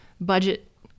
budget